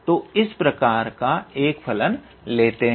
तो इस प्रकार का एक फलन लेते हैं